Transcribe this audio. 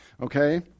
Okay